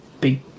big